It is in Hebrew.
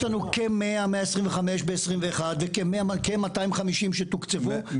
יש לנו כ-100-125 ב-2021 וכ-250 שתוקצבו ב-2022.